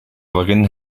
waarin